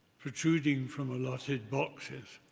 protruding from allotted boxes